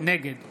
נגד